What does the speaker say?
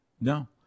No